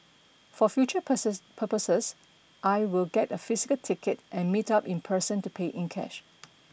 for future purchases I will get a physical ticket and meet up in person to pay in cash